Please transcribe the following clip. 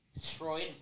Destroyed